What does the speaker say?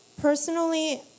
Personally